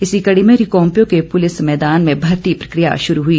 इसी कड़ी में रिकांगपिओ के पुलिस मैदान में भर्ती प्रक्रिया शुरू हुई